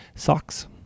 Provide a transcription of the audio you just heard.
Socks